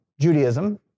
Judaism